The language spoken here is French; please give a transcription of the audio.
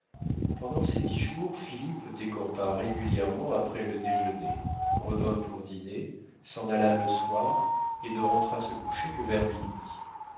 pendant ces dix jours philippe décampa régulièrement après le déjeuner revint pour dîner s'en alla le soir et ne rentra se coucher que vers minuit